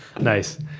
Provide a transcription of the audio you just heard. Nice